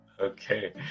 okay